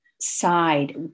side